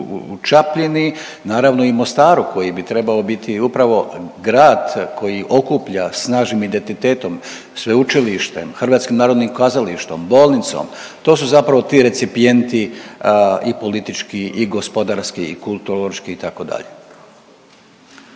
u Čapljini naravno i u Mostaru koji bi trebao biti upravo grad koji okuplja snažnim identitetom, sveučilištem HNK-om, bolnicom to su zapravo ti recipijenti i politički i gospodarski i kulturološki itd..